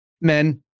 men